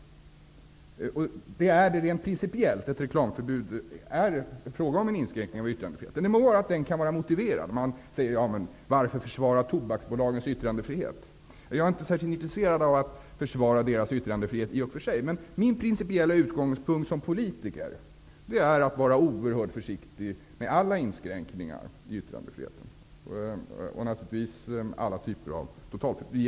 Ett reklamförbud är rent principiellt en inskränkning av yttrandefriheten. Det må vara att denna inskränkning kan vara motiverad. Man undrar varför man skall försvara tobaksbolagens yttrandefrihet. Jag är i och för sig inte särskilt intresserad av att försvara deras yttrandefrihet. Men min principiella utgångspunkt som politiker är att man skall vara oerhört försiktig med alla inskränkningar i yttrandefriheten och alla typer av totalförbud.